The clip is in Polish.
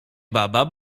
baba